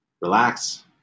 relax